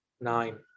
Nine